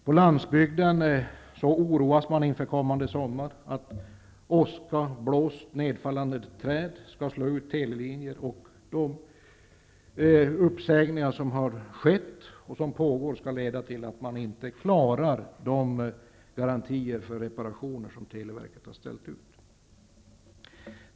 På landsbygden oroas man inför sommaren för att åska, blåst och nedfallande träd skall slå ut telelinjen och att de uppsägningar som skett och som pågår gör att man inte klarar de garantier för reparationer som televerket har ställt ut.